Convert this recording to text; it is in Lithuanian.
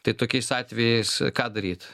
tai tokiais atvejais ką daryt